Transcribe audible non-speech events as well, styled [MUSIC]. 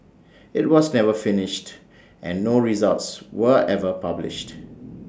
IT was never finished and no results were ever published [NOISE]